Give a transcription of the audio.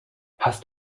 hast